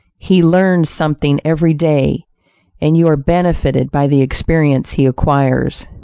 he learns something every day and you are benefited by the experience he acquires.